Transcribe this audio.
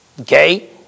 Okay